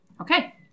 Okay